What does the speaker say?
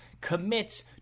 commits